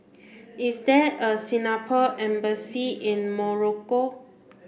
is there a Singapore embassy in Morocco